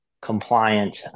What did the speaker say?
compliant